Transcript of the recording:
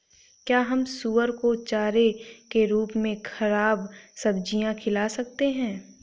क्या हम सुअर को चारे के रूप में ख़राब सब्जियां खिला सकते हैं?